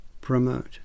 promote